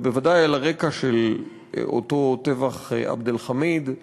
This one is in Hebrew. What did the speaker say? ובוודאי על הרקע של אותו טבח עבד אל-חמיד,